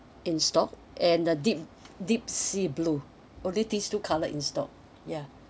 in stock and the deep deep sea blue only these two colour in stock ya